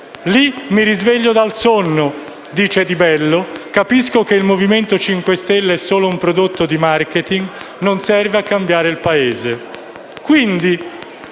«Lì mi risveglio dal sogno - dice Di Bello - capisco che il Movimento 5 Stelle è solo un prodotto di *marketing*, non serve a cambiare il Paese».